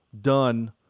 done